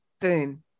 Boom